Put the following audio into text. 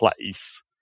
place